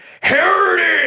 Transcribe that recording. heritage